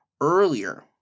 earlier